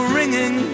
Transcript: ringing